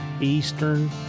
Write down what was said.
eastern